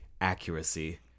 accuracy